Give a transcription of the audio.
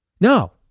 No